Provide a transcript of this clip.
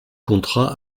contrat